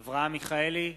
אברהם מיכאלי,